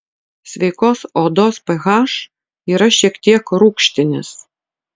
sveikos odos ph yra šiek tiek rūgštinis